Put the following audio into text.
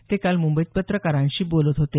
ते काल मुंबईत पत्रकारांशी बोलत होते